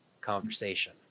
conversation